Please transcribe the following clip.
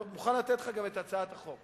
מוכן לתת לך גם את הצעת החוק.